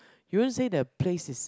you won't say the place is